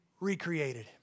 recreated